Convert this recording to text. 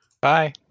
Bye